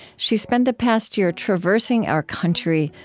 she spent the past year traversing our country,